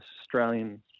Australian